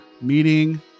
meeting